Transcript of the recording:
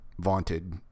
vaunted